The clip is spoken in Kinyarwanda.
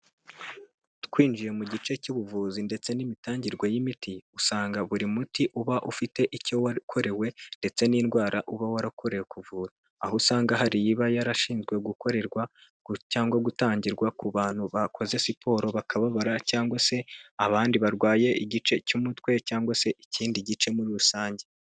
Twinjiye mu gice cy'ubuvuzi ndetse n'imitangirwe y'imiti, usanga buri muti uba ufite icyo wakorewe ndetse n'indwara uba warakorewe kuvura. Aho usanga hari yarashinzwe gukorerwa, cyangwa gutangirwa ku bantu bakoze siporo bakababara, cyangwa se abandi barwaye igice cy'umutwe cyangwa se ikindi gice muri rusange.